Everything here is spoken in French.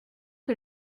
que